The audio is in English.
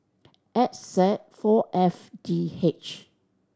X Z four F D H